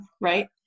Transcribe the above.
Right